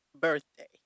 birthday